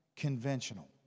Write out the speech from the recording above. conventional